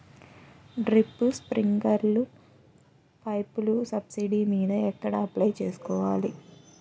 Drip, స్ప్రింకర్లు పైపులు subsidy మీద ఎక్కడ అప్లై చేసుకోవాలి?